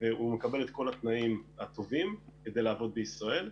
והוא מקבל את כל התנאים הטובים כדי ל עבוד בישראל,